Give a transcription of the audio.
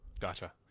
gotcha